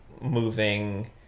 moving